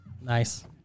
Nice